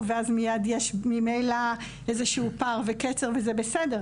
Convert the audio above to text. ואז מיד יש ממילא איזשהו פער וקצר וזה בסדר,